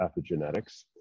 epigenetics